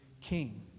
king